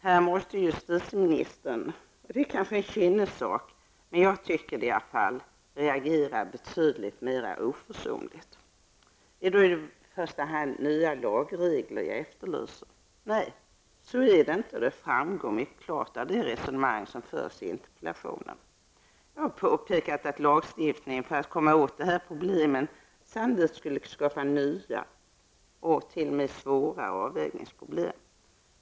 Här tycker jag att justitieministern måste reagera betydligt mera oförsonligt. Är det då i första hand nya lagregler jag efterlyser? Nej, så är det inte. Det framgår klart av det resonemang som förs i interpellationen. Jag har påpekat att lagstiftning för att komma åt de här problemen samtidigt skulle skapa nya och t.o.m. svårare avvägningsproblem.